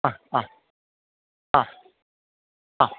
ആ ആ ആ ആ